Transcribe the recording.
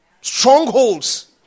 strongholds